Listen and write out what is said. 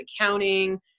accounting